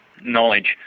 knowledge